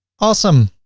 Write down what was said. awesome!